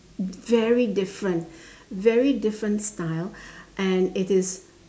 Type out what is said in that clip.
very different very different style and it is